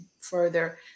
further